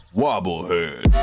Wobblehead